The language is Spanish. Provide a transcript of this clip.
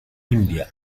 india